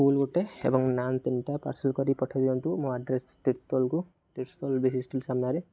ଫୁଲ୍ ଗୋଟେ ଏବଂ ନାନ୍ ତିନିଟା ପାର୍ସଲ୍ କରି ପଠାଇ ଦିଅନ୍ତୁ ମୋ ଆଡ଼୍ରେସ୍ ତିର୍ତ୍ତୋଲକୁ ଷ୍ଟିଲ୍ ସାମ୍ନାରେ